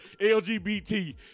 LGBT